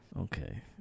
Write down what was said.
okay